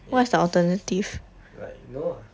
ya like no lah